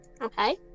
Okay